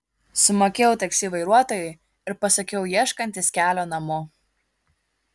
sumokėjau taksi vairuotojui ir pasakiau ieškantis kelio namo